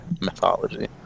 mythology